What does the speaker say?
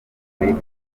urumuri